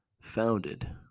founded